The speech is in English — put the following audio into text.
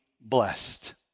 blessed